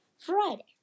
Friday